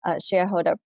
shareholder